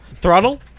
Throttle